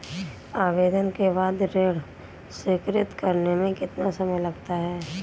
आवेदन के बाद ऋण स्वीकृत करने में कितना समय लगता है?